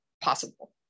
possible